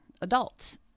adults